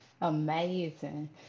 Amazing